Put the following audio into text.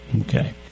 Okay